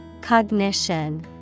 Cognition